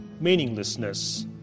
meaninglessness